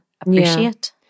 appreciate